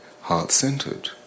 heart-centered